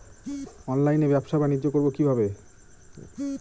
অনলাইনে ব্যবসা বানিজ্য করব কিভাবে?